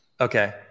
Okay